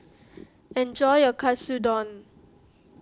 enjoy your Katsudon